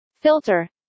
Filter